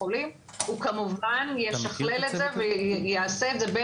חולים הוא כמובן ישקלל את זה ויעשה את זה,